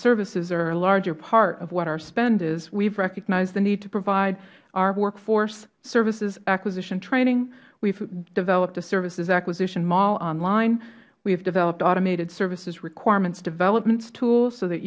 services are a larger part of what our spend is we have recognized the need to provide our workforce services acquisition training we have developed a services acquisition model online we have developed automated services requirements developments tool so that